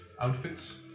outfits